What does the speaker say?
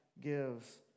gives